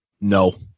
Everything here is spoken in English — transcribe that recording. No